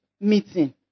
meeting